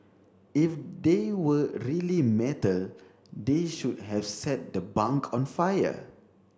if they were really metal they should have set the bunk on fire